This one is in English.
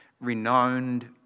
renowned